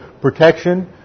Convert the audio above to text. protection